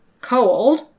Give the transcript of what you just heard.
cold